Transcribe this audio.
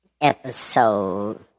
episode